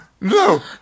no